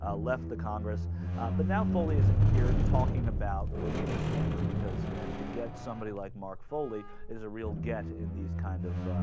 ah left the congress up but now foley's here talking about the weiner scandal because ah. to get somebody like mark foley is a real get in these kind of